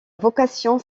vocation